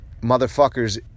Motherfuckers